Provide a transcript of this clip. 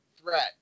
threat